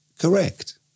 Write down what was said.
correct